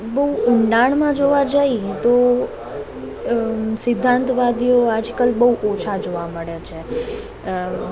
બહુ ઉંડાણમાં જોવા જઇએ તો અ સિદ્ધાંતવાદીઓ આજકાલ બહુ ઓછા જોવા મળે છે અ